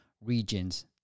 regions